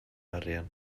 arian